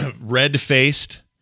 red-faced